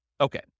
Okay